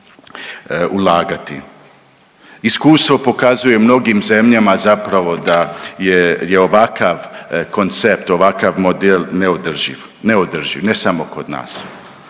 Iskustvo pokazuje u mnogim zemljama zapravo da je ovakav koncept, ovakav model neodrživ, neodrživ ne samo kod nas.